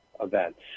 events